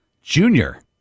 Junior